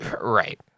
Right